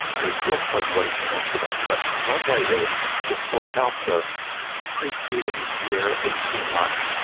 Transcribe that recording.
there are two important ways to answer that question. one way is that for about the preceding year, eighteen months,